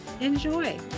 enjoy